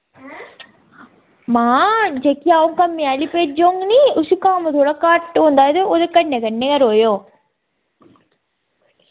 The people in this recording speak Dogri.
महां जेह्की अ'ऊं कम्मे आह्ली भेजङ नी उसी कम्म थोह्ड़ा घट्ट औंदा ऐ ते ओह्दे कन्नै कन्नै गै रवेओ